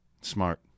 Smart